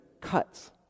cuts